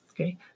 okay